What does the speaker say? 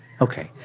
Okay